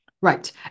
Right